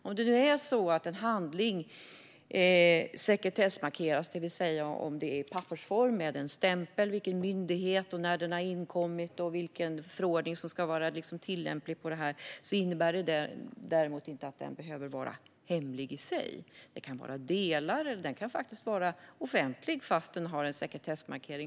Om en handling alltså sekretessmarkeras - det vill säga om den är i pappersform med en stämpel, att det framgår vilken myndighet det gäller, när den har inkommit och vilken förordning som ska vara tillämplig - innebär det däremot inte att den måste vara hemlig i sig. Delar av den kan vara hemlig, och den kan faktiskt vara offentlig fast den har en sekretessmarkering.